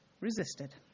resisted